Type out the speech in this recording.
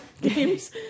games